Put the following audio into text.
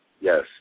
Yes